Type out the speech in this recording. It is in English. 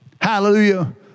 Hallelujah